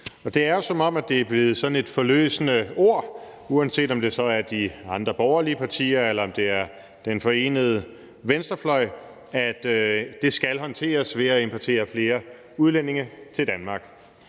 det er jo, som om det er blevet sådan et forløsende ord – uanset om det så er de andre borgerlige partier, eller om det er den forenede venstrefløj – at det skal håndteres ved at importere flere udlændinge til Danmark.